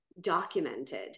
documented